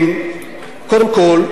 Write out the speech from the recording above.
קודם כול,